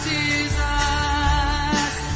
Jesus